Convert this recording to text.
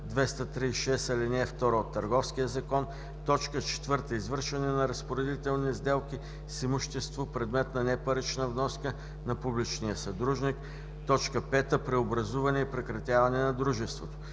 236, ал. 2 от Търговския закон; 4. извършване на разпоредителни сделки с имущество - предмет на непарична вноска на публичния съдружник; 5. преобразуване и прекратяване на дружеството.